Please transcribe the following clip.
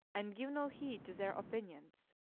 and give no heed to their opinions,